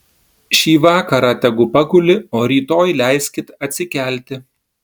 šį vakarą tegu paguli o rytoj leiskit atsikelti